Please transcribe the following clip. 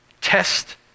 Test